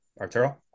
Arturo